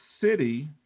city